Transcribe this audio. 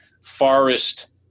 forest